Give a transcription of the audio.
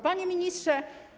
Panie Ministrze!